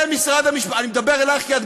להשפיע על פיטורים כאלה או אחרים.